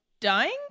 dying